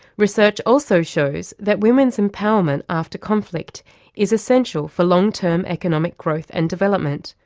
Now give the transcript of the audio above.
research also shows that women's empowerment after conflict is essential for long-term economic growth and development,